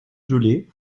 gelée